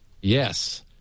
Yes